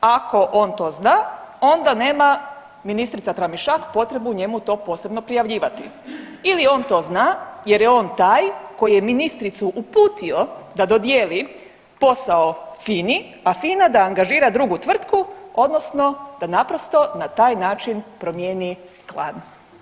Ako on to zna, onda nema ministrica Tramišak potrebu njemu to posebno prijavljivati ili on to zna jer je on taj koji je ministricu uputio da dodijeli posao FINI, a FINA da angažira drugu tvrtku odnosno da naprosto na taj način promijeni klan.